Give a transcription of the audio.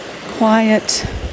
quiet